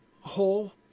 hole